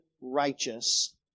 righteous